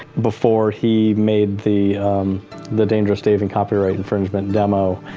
before he made the the dangerous dave in copyright infringement demo.